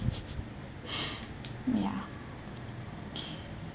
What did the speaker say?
ya okay